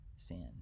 sin